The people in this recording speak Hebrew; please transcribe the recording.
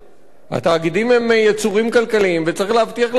התאגידים הם יצורים כלכליים וצריך להבטיח להם את הקיום,